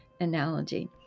analogy